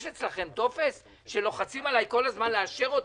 יש אצלכם טופס, שלוחצים עליי כל הזמן לאשר את